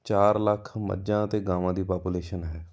ਚਾਰ ਲੱਖ ਮੱਝਾਂ ਅਤੇ ਗਾਵਾਂ ਦੀ ਪਾਪੂਲੇਸ਼ਨ ਹੈ